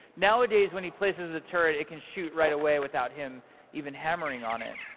nowadays, when he places the turret, it can shoot right away without him even hammering on it.